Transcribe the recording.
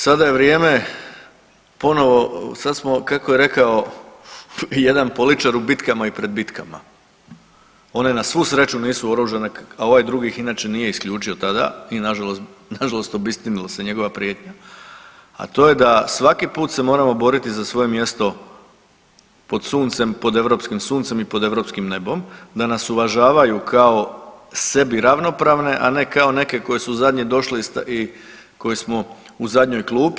Sada je vrijeme ponovo, sad smo kako je rekao jedan političar u bitkama i pred bitkama, one na svu sreću nisu oružane, a ovaj drugi ih inače nije isključio tada i nažalost obistinila se njegova prijetnja, a to je da svaki put se moramo boriti za svoje mjesto pod suncem pod europskim suncem i pod europskim nebom da nas uvažavaju kao sebi ravnopravne, a ne kao neke koji su zadnji došli i koji smo u zadnjoj klupi.